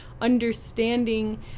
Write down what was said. understanding